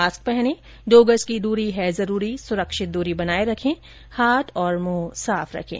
mask पहनें दो गज की दूरी है जरूरी सुरक्षित दूरी बनाए रखें हाथ और मुंह साफ रखें